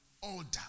Order